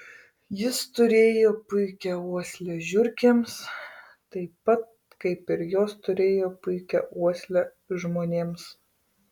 jis turėjo puikią uoslę žiurkėms taip pat kaip ir jos turėjo puikią uoslę žmonėms